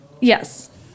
Yes